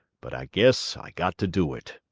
but i guess i got to do it.